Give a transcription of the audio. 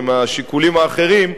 ומהשיקולים האחרים,